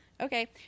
Okay